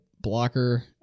blocker